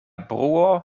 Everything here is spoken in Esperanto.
bruo